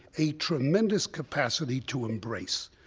a tremendous capacity to embrace,